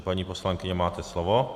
Paní poslankyně, máte slovo.